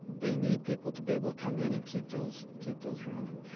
they need people to be able to come in and keep those keep those running.